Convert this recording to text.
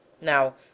Now